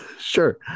sure